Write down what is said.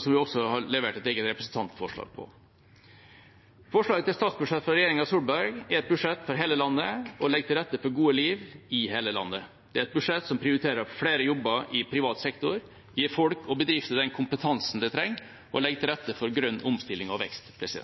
som vi også har levert et eget representantforslag om. Forslaget til statsbudsjett fra regjeringa Solberg er et budsjett for hele landet og legger til rette for et godt liv i hele landet. Det er et budsjett som prioriterer flere jobber i privat sektor, gir folk og bedrifter den kompetansen de trenger, og legger til rette for grønn omstilling og vekst. Vi har fått